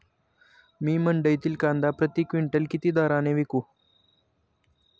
मी मंडईतील कांदा प्रति क्विंटल किती दराने विकू?